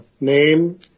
Name